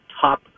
top